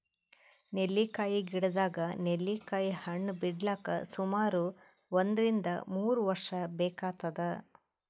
ನೆಲ್ಲಿಕಾಯಿ ಗಿಡದಾಗ್ ನೆಲ್ಲಿಕಾಯಿ ಹಣ್ಣ್ ಬಿಡ್ಲಕ್ ಸುಮಾರ್ ಒಂದ್ರಿನ್ದ ಮೂರ್ ವರ್ಷ್ ಬೇಕಾತದ್